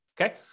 okay